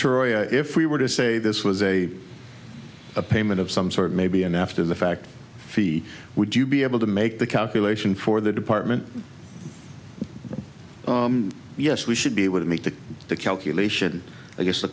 turia if we were to say this was a a payment of some sort maybe an after the fact he would you be able to make the calculation for the department yes we should be able to make the calculation i guess the